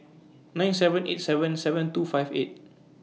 nine seven eight seven seven two five eight